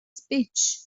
speech